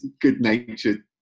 good-natured